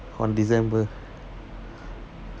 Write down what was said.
on december